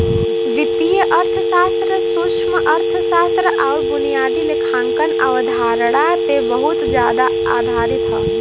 वित्तीय अर्थशास्त्र सूक्ष्मअर्थशास्त्र आउर बुनियादी लेखांकन अवधारणा पे बहुत जादा आधारित हौ